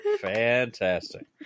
Fantastic